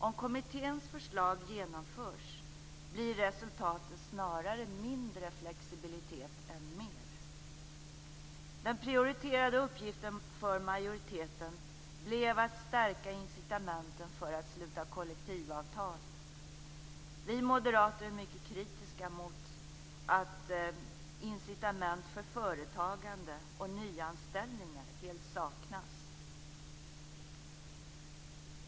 Om kommitténs förslag genomförs blir resultatet snarare mindre flexibilitet än mer. Den prioriterade uppgiften för majoriteten blev att stärka incitamenten för att sluta kollektivavtal. Vi moderater är mycket kritiska mot att incitament för företagande och nyanställningar helt saknas.